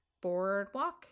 boardwalk